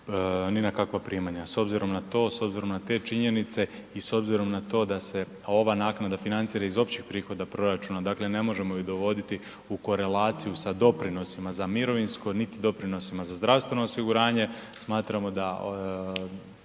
ni na kakva primanja. S obzirom na to, s obzirom na te činjenice i s obzirom na to da se ova naknada financira iz općih prihoda proračuna, dakle ne možemo ju dovoditi u korelaciju sa doprinosima za mirovinsko, niti doprinosima za zdravstveno osiguranje, smatramo da